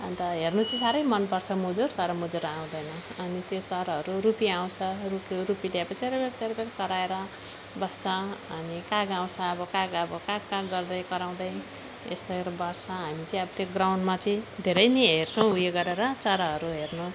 अनि त हेर्नु चाहिँ साह्रै मन पर्छ मुजुर तर मुजुर आउँदैन अनि त्यो चराहरू रुपी आउँछ रुपी रुपीले अब च्यार्रर च्यार् ब्यार् कराएर बस्छ अनि काग आउँछ अब काग अब काग् काग् गर्दै कराउँदै यस्तोहरू बस्छ हामीहरू अब त्यो ग्राउन्डमा चाहिँ धेरै नै हेर्छौँ ऊ यो गरेर चराहरू हेर्नु